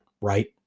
right